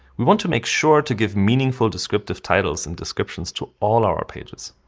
we want to make sure to give meaningful descriptive titles and descriptions to all our pages.